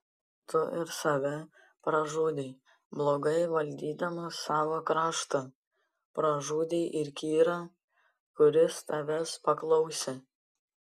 tu ir save pražudei blogai valdydamas savo kraštą pražudei ir kyrą kuris tavęs paklausė